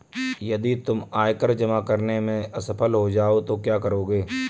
यदि तुम आयकर जमा करने में असफल हो जाओ तो क्या करोगे?